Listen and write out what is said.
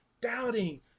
doubting